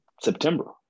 September